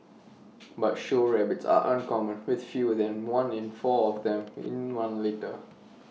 but show rabbits are uncommon with fewer than one in four of them in one litter